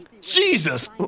Jesus